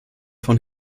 von